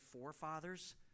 forefathers